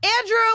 Andrew